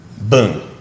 Boom